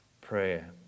Prayer